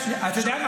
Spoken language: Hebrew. אתה יודע מה?